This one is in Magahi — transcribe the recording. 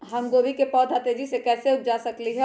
हम गोभी के पौधा तेजी से कैसे उपजा सकली ह?